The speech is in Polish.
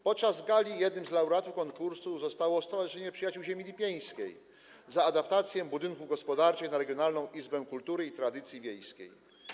Podczas gali jednym z laureatów konkursu zostało Stowarzyszenie Przyjaciół Ziemi Lipieńskiej za adaptację budynków gospodarczych na Regionalną Izbę Kultury i Tradycji Wiejskiej.